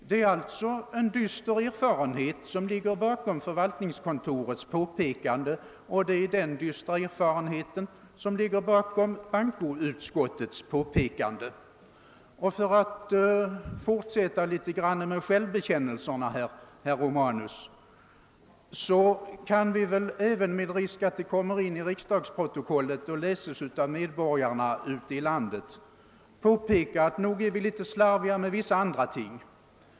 Det är alltså en dyster erfarenhet som ligger bakom förvaltningskontorets påpekande, och det är den som också ligger bakom bankoutskottets uttalande. För att fortsätta något ytterligare med självbekännelserna kan jag, herr Romanus, även med risk att det kommer in i kammarens protokoll och läses av medborgarna ute i landet, påpeka att vi väl också är slarviga med vissa andra saker.